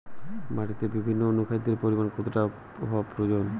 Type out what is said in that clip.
মাটিতে বিভিন্ন অনুখাদ্যের পরিমাণ কতটা হওয়া প্রয়োজন?